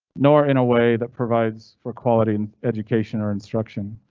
nor in a way that provides for quality and education or instruction.